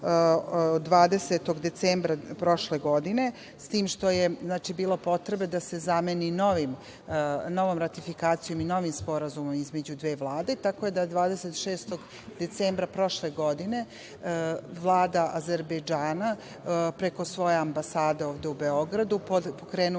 20. decembra prošle godine, s tim što je bilo potrebe da se zameni novom ratifikacijom i novim sporazumom između dve Vlade. Tako da, 26. decembra prošle godine, Vlada Azerbejdžana, preko svoje ambasade ovde u Beogradu, pokrenula